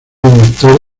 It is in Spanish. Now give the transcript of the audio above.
director